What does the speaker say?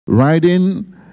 riding